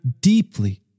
deeply